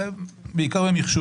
לוקח?